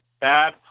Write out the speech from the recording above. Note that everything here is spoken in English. bad